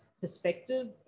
perspective